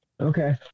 Okay